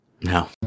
No